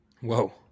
Whoa